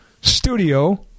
studio